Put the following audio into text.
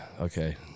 okay